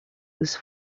was